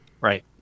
Right